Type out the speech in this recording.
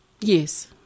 Yes